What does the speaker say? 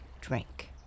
drink